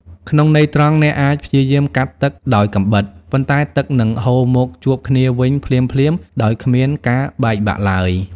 ក្នុងន័យត្រង់ អ្នកអាចព្យាយាមកាត់ទឹកដោយកាំបិត ប៉ុន្តែទឹកនឹងហូរមកជួបគ្នាវិញភ្លាមៗដោយគ្មានការបែកបាក់ឡើយ។